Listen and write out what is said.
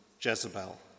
Jezebel